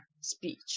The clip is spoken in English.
speech